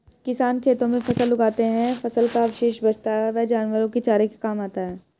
किसान खेतों में फसल उगाते है, फसल का अवशेष बचता है वह जानवरों के चारे के काम आता है